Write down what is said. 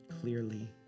clearly